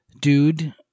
dude